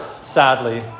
sadly